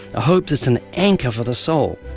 a hope that's an anchor for the soul.